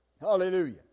Hallelujah